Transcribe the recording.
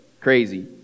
Crazy